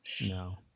No